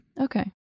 Okay